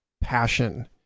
passion